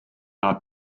not